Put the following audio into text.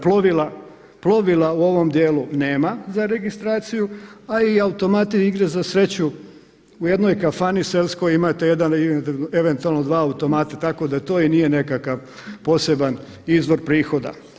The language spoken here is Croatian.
Plovila, plovila u ovom dijelu nema za registraciju, a i automati i igre na sreću u jednoj kafani selskoj imate jedan, eventualno dva automata tako da to i nije nekakav poseban izvor prihoda.